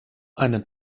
eine